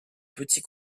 petits